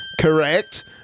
Correct